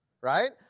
right